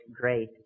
great